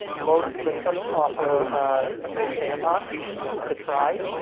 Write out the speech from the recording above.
most systems offer a free sandbox to try.